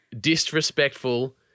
disrespectful